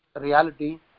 reality